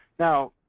now,